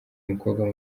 umukobwa